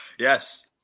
Yes